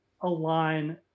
align